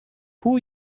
who